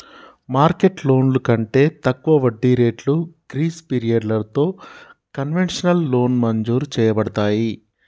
market లోన్లు కంటే తక్కువ వడ్డీ రేట్లు గ్రీస్ పిరియడలతో కన్వెషనల్ లోన్ మంజురు చేయబడతాయి